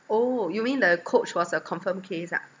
oh you mean the coach was a confirmed case ah